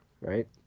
right